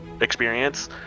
experience